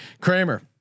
Kramer